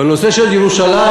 והנושא של ירושלים